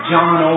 John